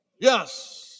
Yes